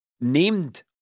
named